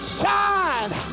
shine